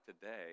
today